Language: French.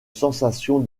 sensation